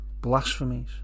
blasphemies